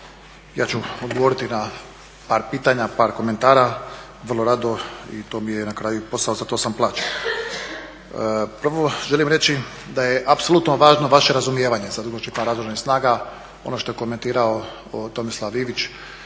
Ja ću odgovoriti na par pitanja, par komentara vrlo rado. To mi je na kraju i posao, za to sam plaćen. Prvo želim reći da je apsolutno važno vaše razumijevanje za dugoročni plan razvoja Oružanih snaga, ono što je komentirao Tomislav Ivić,